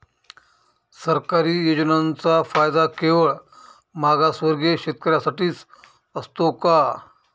सरकारी योजनांचा फायदा केवळ मागासवर्गीय शेतकऱ्यांसाठीच असतो का?